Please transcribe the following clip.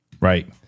Right